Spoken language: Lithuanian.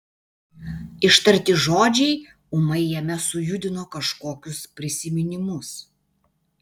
ištarti žodžiai ūmai jame sujudino kažkokius prisiminimus